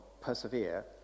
persevere